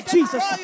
Jesus